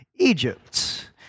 Egypt